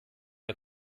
der